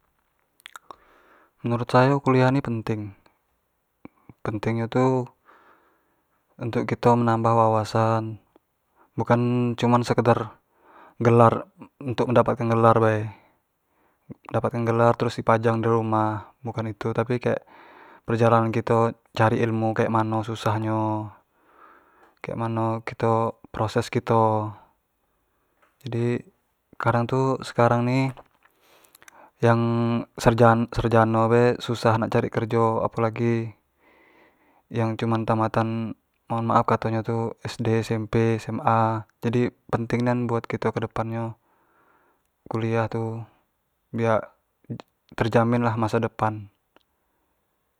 Menurut sayo kuliah ni penting, penting nyo tu untuk kito tu menambah wawasan, bukan cuma sekedar gelar untuk mendapat gelar bae mendapatkan gelar terus di pajang di rumah, bukan itu tapi kek perjalanan kito cari ilmu kek mano susah nyo, kek mano kito proses kito jadi kadang tu sekarang ni, yang sarjan-sarjano bae susah nyari kerjo apo lagi yang cuman tamatan mohon maaf kato nyo tu cuman sd, smp, SMA jadi penting nian buat kito kedepa nyo kuliah tu biak ter-terjamin lah masa depan.